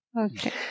Okay